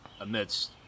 amidst